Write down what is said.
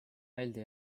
väldi